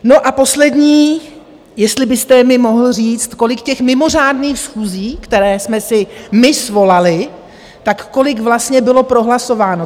No a poslední, jestli byste mi mohl říct, kolik těch mimořádných schůzí, které jsme si my svolali, tak kolik vlastně bylo prohlasováno.